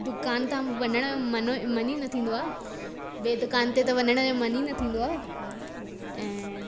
दुकानु तां वञण जो मन ई न थींदो आहे ॿिए दुकान ते त वञण जो मन ई न थींदो आहे ऐं